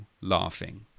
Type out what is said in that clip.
laughing